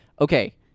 okay